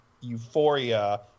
euphoria